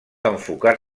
enfocar